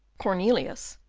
cornelius,